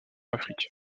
afrique